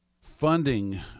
funding